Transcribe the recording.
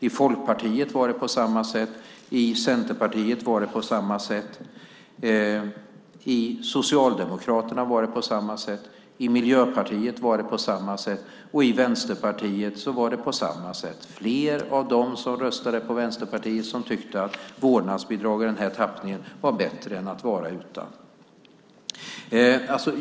I Folkpartiet var det på samma sätt, i Centerpartiet var det på samma sätt, i Socialdemokraterna var det på samma sätt, i Miljöpartiet var det på samma sätt och i Vänsterpartiet var det på samma sätt. Fler av dem som röstade på Vänsterpartiet tyckte att vårdnadsbidrag i den här tappningen var bättre än att vara utan.